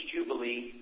Jubilee